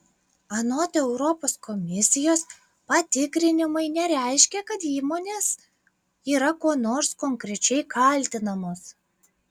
anot europos komisijos patikrinimai nereiškia kad įmonės yra kuo nors konkrečiai kaltinamos